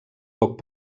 poc